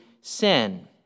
sin